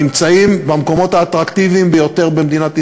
נמצאים במקומות האטרקטיביים ביותר במדינת ישראל: